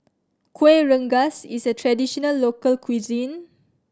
Kueh Rengas is a traditional local cuisine